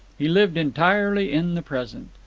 he lived entirely in the present.